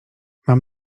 mam